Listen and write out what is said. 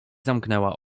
zamknęła